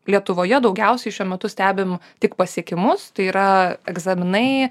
lietuvoje daugiausiai šiuo metu stebim tik pasiekimus tai yra egzaminai